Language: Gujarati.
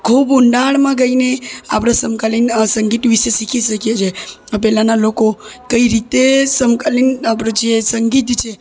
ખૂબ ઊંડાણમાં ગાઈને આપણે સમકાલીન સંગીત વિશે શીખી શકીએ છીએ પહેલાંના લોકો કઈ રીતે સમકાલીન આપણું જે સંગીત છે